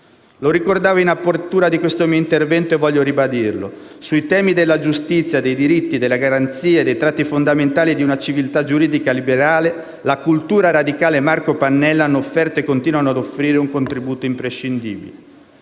Lo ricordavo in apertura di questo mio intervento e voglio ribadirlo: sui temi della giustizia, dei diritti, delle garanzie, sui tratti fondamentali di una civiltà giuridica liberale, la cultura radicale e Marco Pannella hanno offerto e continuano ad offrire un contributo imprescindibile.